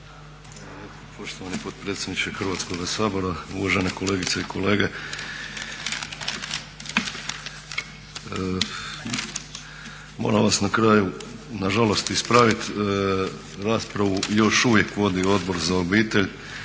poštovani potpredsjedniče Hrvatskoga sabora, uvažene kolegice i kolege. Moram vas na kraju nažalost ispraviti, raspravu još uvijek vodi Odbor za obitelj.